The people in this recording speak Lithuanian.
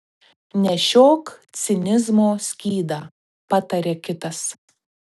nešiok cinizmo skydą pataria kitas